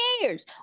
years